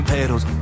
Pedals